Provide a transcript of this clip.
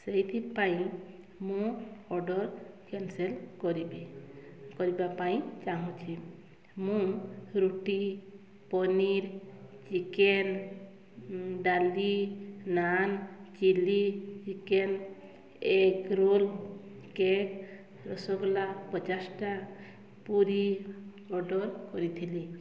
ସେଇଥିପାଇଁ ମୁଁ order cancel କରିବି କରିବା ପାଇଁ ଚାହୁଁଛି ମୁଁ ରୁଟି ପନିର୍ ଚିକେନ୍ ଡାଲି naan chilli chicken egg roll cake rasgulla ପଚାଶଟା ପୁରୀ ଅର୍ଡ଼ର୍ କରିଥିଲି